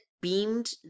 beamed